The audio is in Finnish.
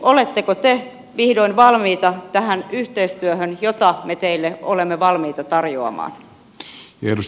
oletteko te vihdoin valmiita tähän yhteistyöhön jota me teille olemme valmiita tarjoamaan